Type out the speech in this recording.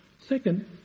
Second